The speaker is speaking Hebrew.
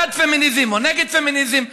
בעד פמיניזם או נגד פמיניזם,